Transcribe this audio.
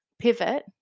pivot